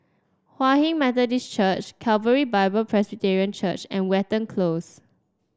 Hinghwa Methodist Church Calvary Bible Presbyterian Church and Watten Close